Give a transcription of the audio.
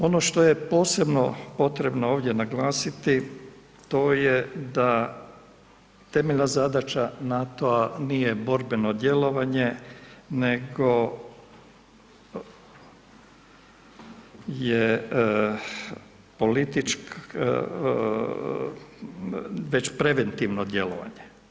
Ono što je posebno potrebno ovdje naglasiti to je da temeljna zadaća NATO-a nije borbeno djelovanje, nego je, već preventivno djelovanje.